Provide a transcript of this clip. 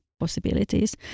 possibilities